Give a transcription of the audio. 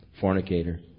fornicator